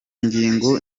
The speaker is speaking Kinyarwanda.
ngingo